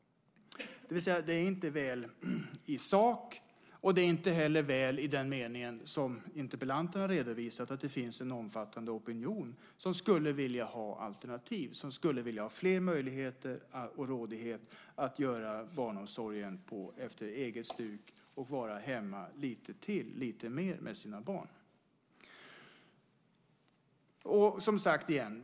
Det är inte väl i sak, och det är inte heller väl i den meningen som interpellanten har redovisat, nämligen att det finns en omfattande opinion som skulle vilja ha alternativ, som skulle vilja ha fler möjligheter och rådighet att ordna barnomsorgen efter eget stuk och vara hemma lite mer med sina barn.